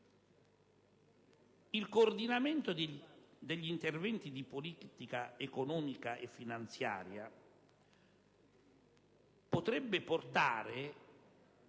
Il coordinamento degli interventi di politica economica e finanziaria potrebbe portare,